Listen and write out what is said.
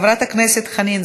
הצעה מס'